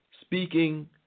speaking